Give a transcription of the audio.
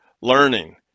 learning